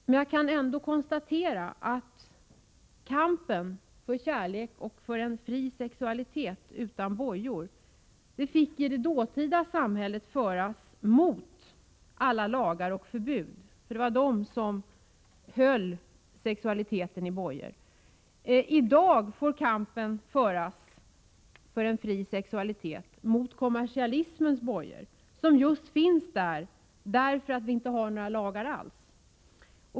Men jag kan ändå konstatera att kampen för kärlek och en fri sexualitet, utan bojor, tidigare fick föras mot alla lagar och förbud — det var de som höll sexualiteten i bojor. I dag får kampen föras för en fri sexualitet mot kommersialismens bojor, som finns där just för att vi inte har några lagar alls.